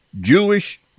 Jewish